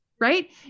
right